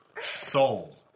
Soul